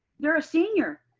they're a senior.